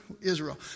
Israel